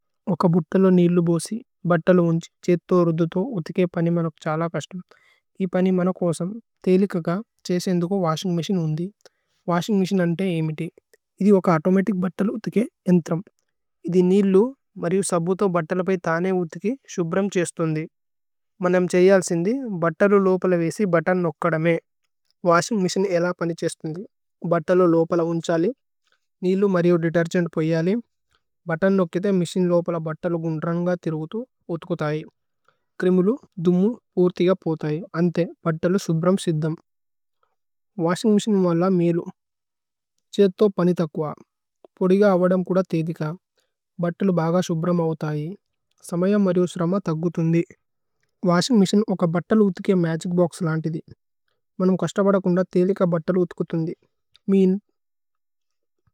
ബുദ്തലോ നിലുബോസി, ബുത്തലോ മുന്ഛി, ജേത്തോ രുദുതോ, ഉധികേ പനി മനുക് ഛല കസ്തേമ്। ഇപനി മനുക് ഓസമ്, തേലിക് കഗ, ഛേസേന്ദുകോ വശിന്ഗ് മഛിനേ ഉന്ദി। വശിന്ഗ് മഛിനേ ഉന്ദി അമിതി। ഇദി ഒന്ന് തോമതിച് ബുത്തലോ ഉധികേ ഏന്ത്രമ്। ഇദി നിലു, മരിഓ സബ്ബു തോ ബുത്തലോ പേ തനേ ഉധികേ ശുബ്രമ് ഛേശ്ഥുന്ദി। മനമ് ഛയശ്ഥുന്ദി, ബുത്തലോ ലോപല വേശി ബുത്തോന് നുക്കദമേ। വശിന്ഗ് മഛിനേ ഇല പനി ഛേശ്ഥുന്ദി। ഭുത്തലോ ലോപല മുന്ഛലി, നിലു മരിഓ ദേതേര്ഗേന്ത് പുഹിയലി। ഭുത്തോന് നുക്തിതേ, മഛിനേ ഇലോപല ബുത്തലോ ഗുന്തേരന ന്ഗ തിരുകുഥോ ഉധികു ഥ ഹൈ। ഛ്രിമ്മുല്, ദുമ്മ പുഹുഥി ക പൂത ഹൈ। അന്തേ, ബുത്തലോ ശുബ്രമ് ശിദ്ധമ്। വശിന്ഗ് മഛിനേ ഉമല്ലഹ 吗 ഏലു। ജേത്തോ പനിതകുഅ। പോദി ഗ അവദമ് കുദ തേലിഖ। ഭുത്തലോ ബാഗ ശുബ്രമ് ഉഥ ഹൈ। സമയ മരിഓസ് രമ ഥക്ഗു ഥുന്ദി। വശിന്ഗ് മഛിനേ ഉന്ക ബുത്തലോ ഉധികേ മഗിച് ബോക്സ് ഹത്സ്। മനമ് കസ്തവദ കുന്ധ തേലിഖ ബുത്തലോ ഉധികു ഥ ഹി। മേഅന്।